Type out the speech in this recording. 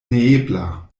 neebla